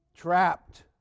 Trapped